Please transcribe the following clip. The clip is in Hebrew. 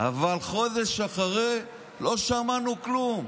אבל חודש אחרי כן לא שמענו כלום.